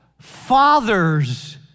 fathers